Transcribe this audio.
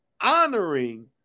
honoring